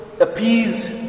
appease